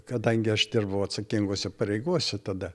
kadangi aš dirbau atsakingose pareigose tada